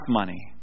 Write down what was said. money